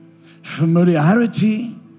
familiarity